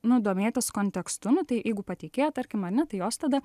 nu domėtis kontekstu nu tai jeigu pateikėja tarkim ar ne tai jos tada